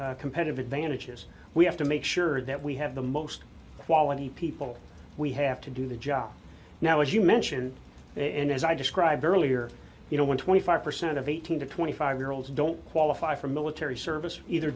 competitive advantages we have to make sure that we have the most quality people we have to do the job now as you mentioned and as i described earlier you know when twenty five percent of eighteen to twenty five year olds don't qualify for military service either